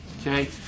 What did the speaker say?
okay